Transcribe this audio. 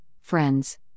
friends